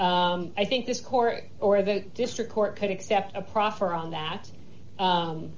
and i think this court or the district court could accept a proffer on that